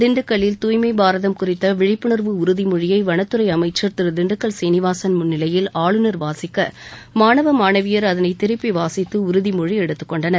திண்டுக்கல்லில் தூய்மை பாரதம் குறித்த விழிப்புணர்வு உறுதிமொழியை வனத்துறை அமைச்சர் திரு திண்டுக்கல் சீனிவாசன் முன்னிலையில் ஆளுநர் வாசிக்க மாணவ மாணவியர் அதனை திருப்பி வாசித்து உறுதிமொழி எடுத்துக் கொண்டனர்